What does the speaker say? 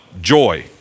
Joy